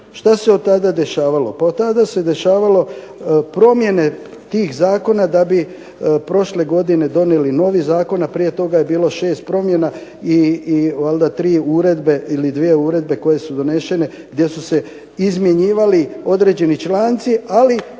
Šta se od tada dešavalo? Pa od tada se dešavalo promjene tih zakona da bi prošle godine donijeli novi zakon, a prije toga je bilo šest promjena i valjda tri uredbe ili dvije uredbe koje su donesene gdje su izmjenjivali određeni članci, ali